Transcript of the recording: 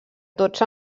tots